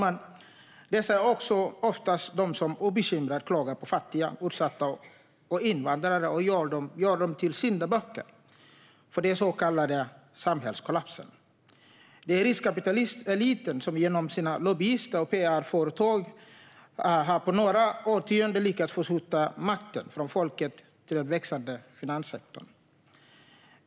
Dessa människor är också oftast de som obekymrat klagar på fattiga, utsatta och invandrare och gör dem till syndabockar för den så kallade samhällskollapsen. Det är riskkapitalisteliten som genom sina lobbyister och pr-företag på några årtionden har lyckats förskjuta makten från folket till den växande finanssektorn.